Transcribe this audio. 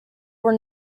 were